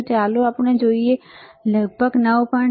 તો ચાલો જોઈએ આપણે જે જોઈએ છીએ તે લગભગ 9